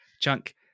chunk